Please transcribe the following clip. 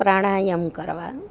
પ્રાણાયામ કરવા